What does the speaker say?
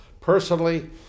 Personally